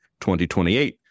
2028